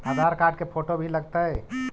आधार card के photo भी लग तै?